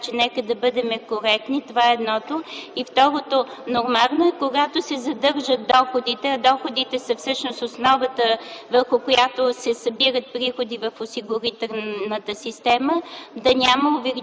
Моля да бъдем коректни! Това – първо. Второ, нормално е, когато се задържат доходите, а всъщност те са основата, върху която се събират приходите в осигурителната система, да няма увеличение